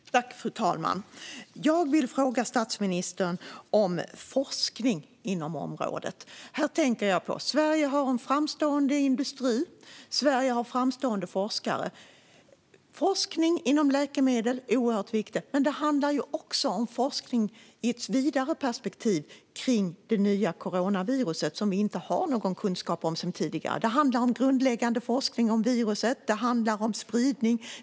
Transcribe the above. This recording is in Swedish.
Fru talman! Jag vill fråga statsministern om forskning inom området. Sverige har en framstående industri, och Sverige har framstående forskare. Forskning om läkemedel är oerhört viktigt. Men det handlar också om forskning i ett vidare perspektiv om det nya coronaviruset som vi inte har någon kunskap om sedan tidigare. Det handlar om grundläggande forskning om viruset. Det handlar om spridning.